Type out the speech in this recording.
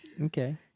Okay